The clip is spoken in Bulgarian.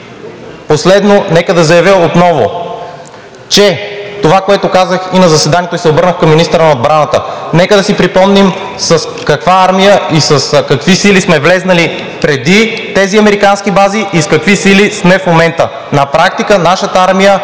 последно, нека да заявя отново, че това, което казах на заседанието и се обърнах към министъра на отбраната, нека да си припомним с каква армия и с какви сили сме влезли преди тези американски бази и с какви сили сме в момента. На практика нашата армия